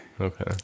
okay